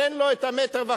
תן לו את 1.5 המטר,